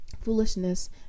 foolishness